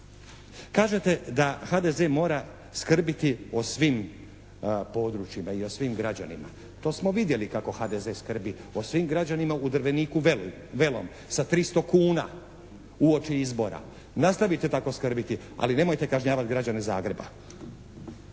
Kažete da HDZ mora skrbiti o svim područjima i o svim građanima. To smo vidjeli kako HDZ skrbi o svim građanima u Drveniku Velom sa 300 kuna uoči izbora. Nastavite tako skrbiti, ali nemojte kažnjavati građane Zagreba.